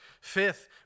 Fifth